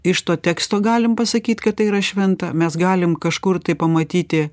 iš to teksto galim pasakyt kad tai yra šventa mes galim kažkur tai pamatyti